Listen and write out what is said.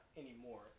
anymore